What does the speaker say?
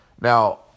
Now